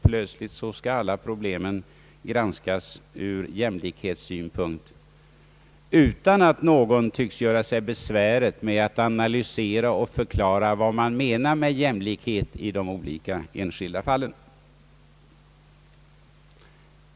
Plötsligt skall alla problem granskas ur jämlikhetssynpunkt utan att någon tycks göra sig besväret att analysera och förklara vad man menar med jämlikhet i de olika enskilda fallen.